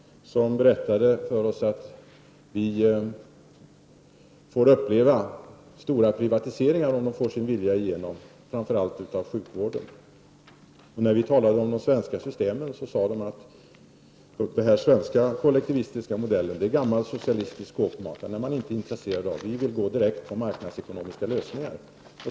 De berättade för oss att man skulle få uppleva stora privatiseringar, om de får sin vilja igenom, framför allt när det gäller sjukvården. När vi talade om de svenska systemen sade de att den svenska kollektivistiska modellen är gammal socialistisk skåpmat. Den sade man sig inte vara intresserad av. De ville gå direkt på marknadsekonomiska lösningar.